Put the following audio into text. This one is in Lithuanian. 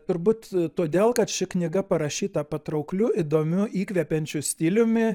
turbūt todėl kad ši knyga parašyta patraukliu įdomiu įkvepiančiu stiliumi